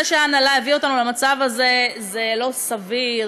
זה שההנהלה הביאה אותנו למצב הזה זה לא סביר,